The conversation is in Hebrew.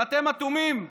ואתם אטומים.